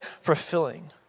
fulfilling